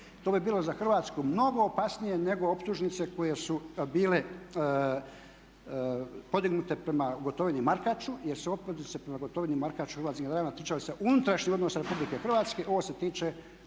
to bi bilo za Hrvatsku mnogo opasnije nego optužnice koje su bile podignute prema Gotovini i Markaču jer su optužnice prema Gotovini i Markaču hrvatskim generalima ticale se unutarnjih odnosa Republike Hrvatske,